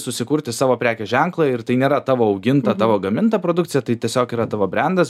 susikurti savo prekės ženklą ir tai nėra tavo auginta tavo gaminta produkcija tai tiesiog yra tavo brendas